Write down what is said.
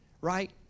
right